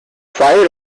prior